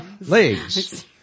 Legs